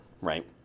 right